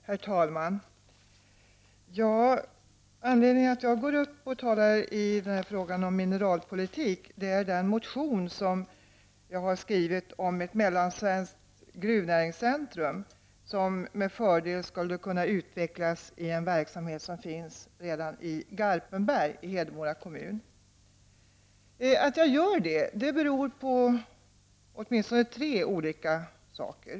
Herr talman! Anledningen till att jag går upp och talar i frågan om mineralpolitiken är den motion jag har väckt om ett mellansvenskt gruvnäringscentrum som med fördel skulle kunna utvecklas inom ramen för en verksamhet som redan finns i Garpenberg i Hedemora kommun. Att jag gör det beror på åtminstone tre olika saker.